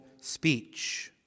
speech